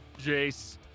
Jace